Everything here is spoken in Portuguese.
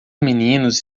meninos